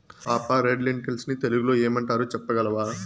పాపా, red lentils ని తెలుగులో ఏమంటారు చెప్పగలవా